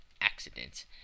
accidents